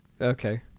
okay